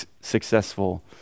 successful